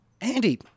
Andy